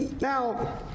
Now